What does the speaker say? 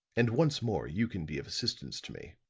and once more you can be of assistance to me.